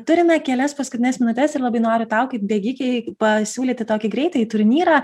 turime kelias paskutines minutes ir labai noriu tau kaip bėgikei pasiūlyti tokį greitąjį turnyrą